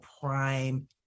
prime